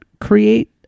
create